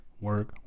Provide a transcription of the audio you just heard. work